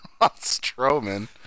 Strowman